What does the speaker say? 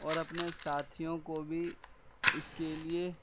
اور اپنے ساتھیوں کو بھی اس کے لیے